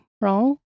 wrong